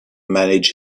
manage